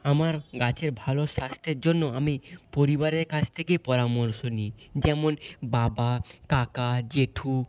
আমার গাছের ভালো স্বাস্থ্যের জন্য আমি পরিবারের কাছ থেকে পরামর্শ নিই যেমন বাবা কাকা জেঠু